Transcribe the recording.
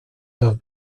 los